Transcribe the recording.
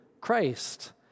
Christ